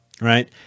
Right